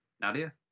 Nadia